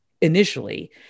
initially